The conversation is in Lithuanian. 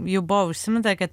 jau buvo užsiminta kad